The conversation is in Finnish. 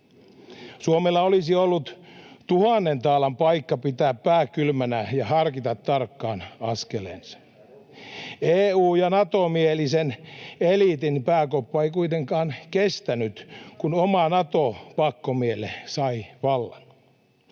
Suomella olisi ollut tuhannen taalan paikka pitää pää kylmänä ja harkita tarkkaan askeleensa. [Oikealta: Me pidetään pää kylmänä!] EU- ja Nato-mielisen eliitin pääkoppa ei kuitenkaan kestänyt, kun oma Nato-pakkomielle sai vallan.